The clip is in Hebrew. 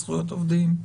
זכויות עובדים,